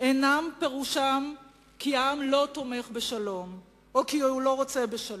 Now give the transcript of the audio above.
לעולם אין פירושן כי העם לא תומך בשלום או כי הוא לא רוצה בשלום.